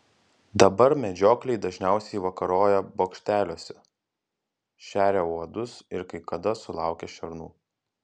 dabar medžiokliai dažniausiai vakaroja bokšteliuose šeria uodus ir kai kada sulaukia šernų